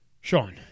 Sean